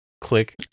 Click